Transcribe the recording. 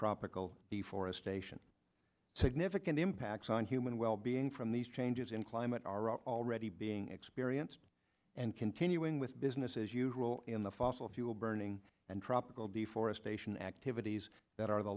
tropical the forestation significant impacts on human wellbeing from these changes in climate are already being experienced and continuing with business as usual in the fossil fuel burning and tropical deforestation activities that are the